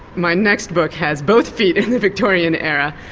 my next book has both feet in the victorian era.